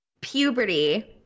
puberty